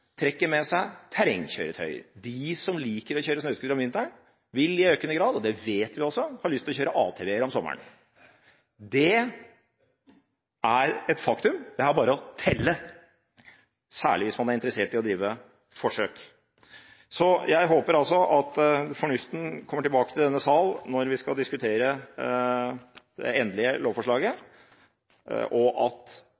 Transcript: trekker med seg terrengkjøretøyer. De som liker å kjøre snøscooter om vinteren, har lyst til – og det vet vi – å kjøre ATV om sommeren. Det er et faktum, det er bare å telle, særlig hvis man er interessert i å drive forsøk. Jeg håper at fornuften kommer tilbake til denne sal når vi skal diskutere det endelige